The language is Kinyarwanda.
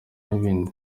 n’ibindi